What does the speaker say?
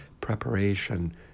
preparation